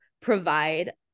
provide